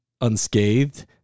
unscathed